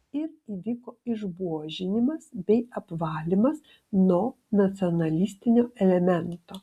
ir įvyko išbuožinimas bei apvalymas nuo nacionalistinio elemento